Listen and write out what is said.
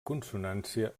consonància